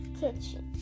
kitchen